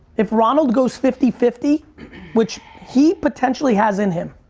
if ronald goes fifty fifty which he potentially has in him.